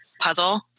puzzle